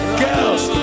girls